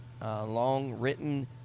long-written